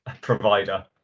provider